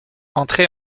entré